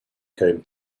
came